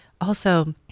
also-